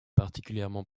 particulièrement